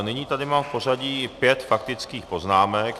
Nyní tady mám v pořadí pět faktických poznámek.